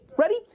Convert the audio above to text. Ready